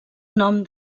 nom